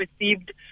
received